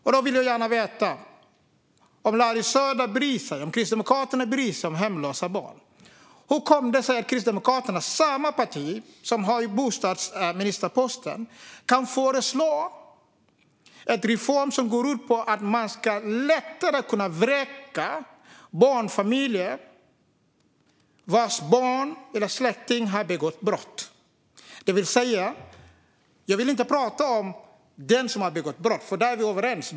Om Larry Söder och Kristdemokraterna bryr sig om hemlösa barn, hur kommer det sig då att Kristdemokraternas bostadsminister kan föreslå en reform om att man lättare ska kunna vräka anhöriga till en som begått brott? När det gäller den som har begått brott är vi överens.